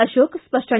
ಅಶೋಕ್ ಸ್ಪಷ್ಟನೆ